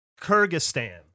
kyrgyzstan